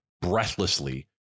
breathlessly